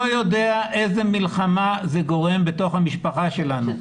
יודע איזו מלחמה זה גורם בתוך המשפחה שלנו,